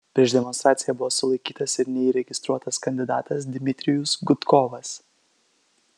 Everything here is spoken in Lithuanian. prieš demonstraciją buvo sulaikytas ir neįregistruotas kandidatas dmitrijus gudkovas